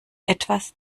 etwas